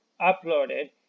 uploaded